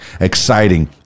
Exciting